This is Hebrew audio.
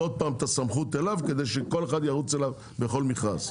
עוד פעם את הסמכות אליו כדי שכל אחד ירוץ אליו בכל מכרז.